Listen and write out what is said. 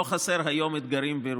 לא חסרים היום אתגרים בירושלים.